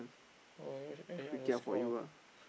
eh the score